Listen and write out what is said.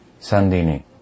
Sandini